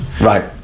Right